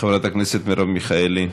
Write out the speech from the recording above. חברת הכנסת מרב מיכאלי.